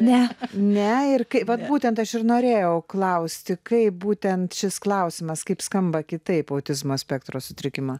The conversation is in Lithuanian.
ne ne ir kai vat būtent aš ir norėjau klausti kaip būtent šis klausimas kaip skamba kitaip autizmo spektro sutrikimą